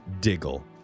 Diggle